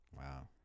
Wow